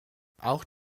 auch